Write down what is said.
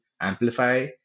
amplify